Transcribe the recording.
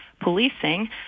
policing